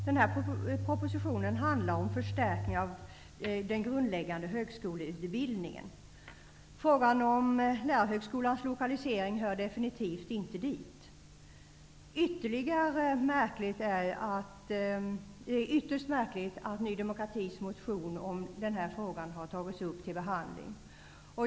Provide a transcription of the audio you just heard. Herr talman! Denna proposition handlar om förstärkning av den grundläggande högskoleutbildningen. Frågan om Lärarhögskolans lokalisering hör definitivt inte dit. Det är ytterst märkligt att Ny demokratis motion om denna fråga har tagits upp till behandling.